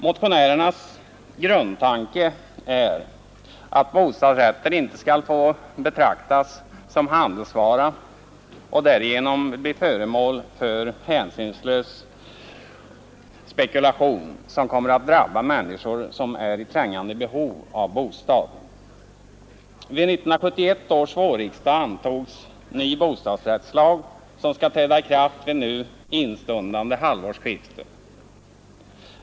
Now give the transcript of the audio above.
Motionärernas grundtanke är att bostadsrätter inte skall få betraktas som handelsvara och därigenom blir föremål för hänsynslös spekulation som kommer att drabba människor som är i trängande behov av bostad. Vid 1971 års vårriksdag antogs ny bostadsrättslag, som skall träda i kraft vid nu instundande halvårsskifte.